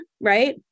right